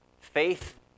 faith